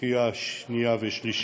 בקריאה שנייה ושלישית,